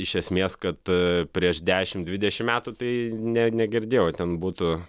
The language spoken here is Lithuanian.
iš esmės kad prieš dešim dvidešim metų tai ne negirdėjau kad ten būtų